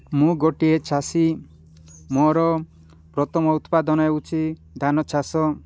ମୁଁ ଗୋଟିଏ ଚାଷୀ ମୋର ପ୍ରଥମ ଉତ୍ପାଦନ ହେଉଛି ଧାନ ଚାଷ